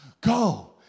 Go